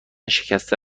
شکسته